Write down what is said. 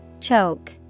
Choke